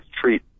treat